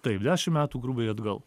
taip dešim metų grubiai atgal